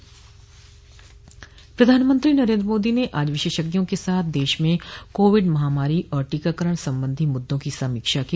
प्रधानमंत्री नरेन्द्र मोदी ने आज विशेषज्ञों के साथ देश में कोविड महामारी और टीकाकरण संबंधी मुद्दों की समीक्षा की